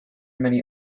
many